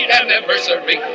anniversary